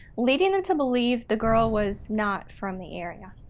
leading them to believe the girl was not from the area.